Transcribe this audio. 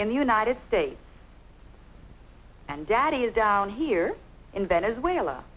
in the united states and daddy is down here in venezuela